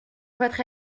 votre